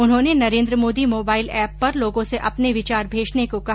उन्होंने Narendra Modi mobile app पर लोगों से अपने विचार भेजने को कहा